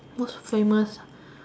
most famous